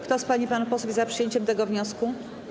Kto z pań i panów posłów jest za przyjęciem tego wniosku?